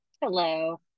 Hello